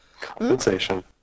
Compensation